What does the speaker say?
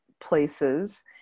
places